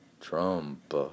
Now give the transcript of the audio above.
Trump